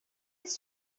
his